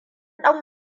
ɗan